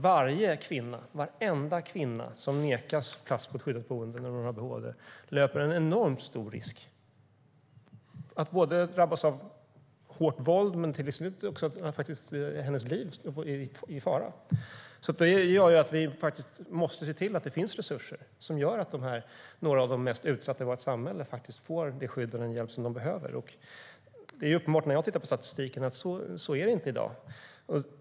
Varenda kvinna som nekas plats på ett skyddat boende när hon har behov av det löper en enormt stor risk att drabbas av hårt våld. Dessutom kan hennes liv vara i fara. Vi måste se till att det finns resurser som gör att de här kvinnorna, som hör till de mest utsatta i vårt samhälle, får det skydd och den hjälp som de behöver. Men när jag tittar på statistiken blir det uppenbart för mig att det inte är så i dag.